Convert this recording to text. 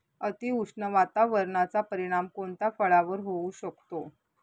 अतिउष्ण वातावरणाचा परिणाम कोणत्या फळावर होऊ शकतो?